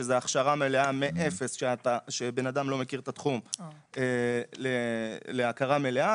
שזו הכשרה מלאה מאפס כשבן אדם לא מכיר את התחום להכרה מלאה,